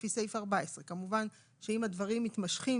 לפי סעיף 14. כן,